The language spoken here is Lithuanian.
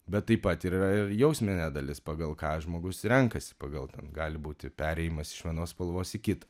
bet taip pat ir yra ir jausminė dalis pagal ką žmogus renkasi pagal ten gali būti perėjimas iš vienos spalvos į kitą